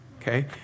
Okay